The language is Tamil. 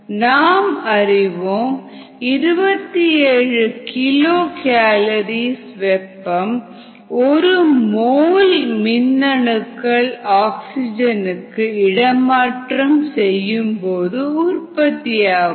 நாம் அறிவோம் 27 கிலோ கேலரிகள் வெப்பம் ஒரு மோல் மின்அணுக்கள் ஆக்ஸிஜனுக்கு இடமாற்றம் செய்யும்போது உற்பத்தியாகும்